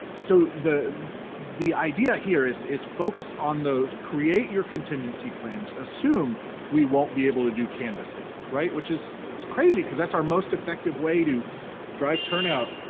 so, the the idea here is is focus on those, create your contingency plans, assume we won't be able to do canvassing. which is is crazy because that's our most effective way to drive turnout,